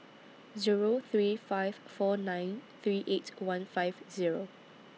Zero three five four nine three eight one five Zero